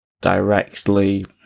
directly